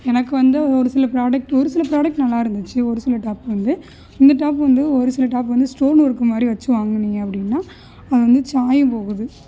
எனக்கு வந்து ஒரு சில ப்ராடக்ட் ஒரு சில ப்ராடக்ட் நல்லாயிருந்துச்சு ஒரு சில டாப் வந்து இந்த டாப் வந்து ஒரு சில டாப் வந்து ஸ்டோன் ஒர்க்கு மாதிரி வெச்சு வாங்குனீங்க அப்படின்னா அது வந்து சாயம் போகுது